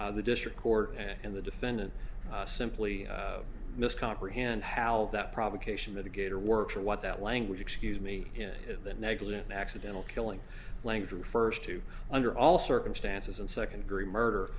the district court and the defendant simply miscomprehend how that provocation mitigate or works or what that language excuse me in the negligent accidental killing lang's refers to under all circumstances and second degree murder